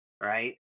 right